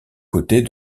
côtés